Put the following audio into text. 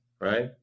right